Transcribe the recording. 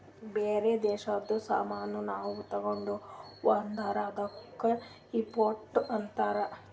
ಬ್ಯಾರೆ ದೇಶದು ಸಾಮಾನ್ ನಾವು ತಗೊಂಡಿವ್ ಅಂದುರ್ ಅದ್ದುಕ ಇಂಪೋರ್ಟ್ ಅಂತಾರ್